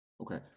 okay